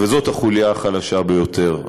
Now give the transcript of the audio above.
וזאת החוליה החלשה ביותר.